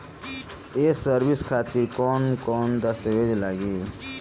ये सर्विस खातिर कौन कौन दस्तावेज लगी?